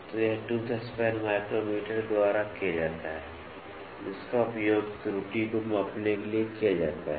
तो यह tooth span micrometer द्वारा किया जाता है जिसका उपयोग त्रुटि को मापने के लिए किया जाता है